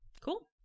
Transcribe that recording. cool